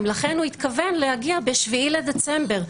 ולכן הוא התכוון להגיע ב-7 בדצמבר,